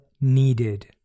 needed